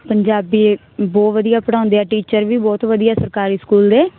ਪੰਜਾਬੀ ਬਹੁਤ ਵਧੀਆ ਪੜਾਉਂਦੇ ਆ ਟੀਚਰ ਵੀ ਬਹੁਤ ਵਧੀਆ ਸਰਕਾਰੀ ਸਕੂਲ ਦੇ